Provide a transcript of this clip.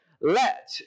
let